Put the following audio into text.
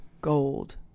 gold